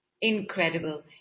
Incredible